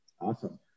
Awesome